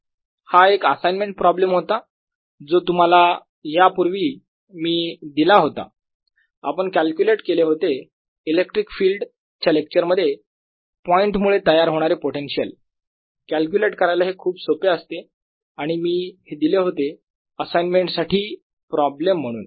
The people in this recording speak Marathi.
हा एक असाइनमेंट प्रॉब्लेम होता जो तुम्हाला या यापूर्वी मी दिला होता आपण कॅल्क्युलेट केले होते इलेक्ट्रिक फील्ड च्या लेक्चर मध्ये पॉईंट मुळे तयार होणारे पोटेन्शियल कॅल्क्युलेट करायला खूप सोपे असते आणि मी हे दिले होते असाइनमेंट साठी प्रॉब्लेम म्हणून